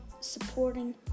supporting